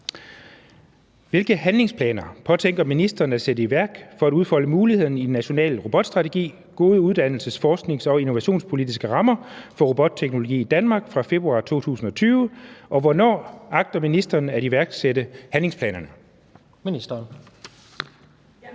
Hvilke handlingsplaner påtænker ministeren at sætte i værk for at udfolde mulighederne i »National robotstrategi. Gode uddannelses-, forsknings- og innovationspolitiske rammer for robotteknologi i Danmark« fra februar 2020, og hvornår agter ministeren at iværksætte handlingsplanerne? Tredje